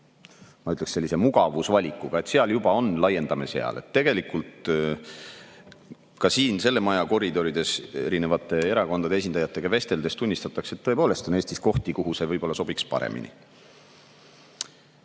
ma ütleks, sellise mugavusvalikuga, et seal juba on ja laiendame seal. Tegelikult ka siin selle maja koridorides erinevate erakondade esindajatega vesteldes tunnistatakse, et tõepoolest on Eestis kohti, kuhu see võib-olla sobiks paremini.